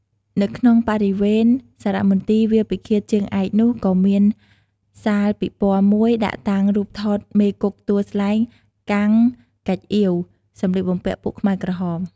នៅក្នុងបរិវេណសារមន្ទីរវាលពិឃាតជើងឯកនោះ ក៏មានសាលពិព័រណ៍មួយ ដាក់តាំងរូបថតមេគុកទួលស្លែង កាំង ហ្គេចអៀវ សម្លៀកបំពាក់ពួកខ្មែរក្រហម។